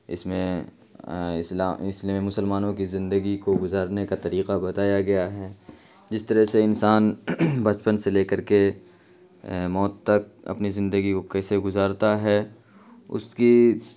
اس میں اس نے مسلمانوں کی زندگی کو گزارنے کا طریقہ بتایا گیا ہے جس طرح سے انسان بچپن سے لے کر کے موت تک اپنی زندگی کو کیسے گزارتا ہے اس کی